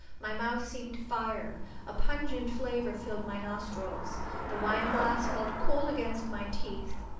my mouth seemed fire a pungent flavor filled my nostrils the wineglass felt cold against my teeth.